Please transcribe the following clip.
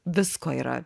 visko yra